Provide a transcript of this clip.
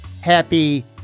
Happy